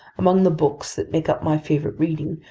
among the books that make up my favorite reading,